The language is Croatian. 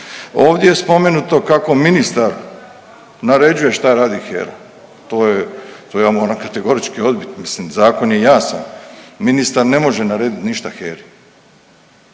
Ovdje je spomenuto kako ministar naređuje šta radi HERA, to je, to ja moram kategorički odbit, mislim zakon je jasan, ministar ne može naredit ništa